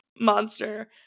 monster